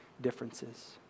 differences